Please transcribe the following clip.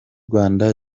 rwanda